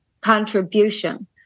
contribution